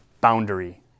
boundary